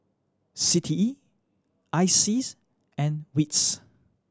C T E I S E A S and wits